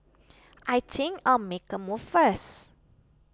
I think I'll make a move first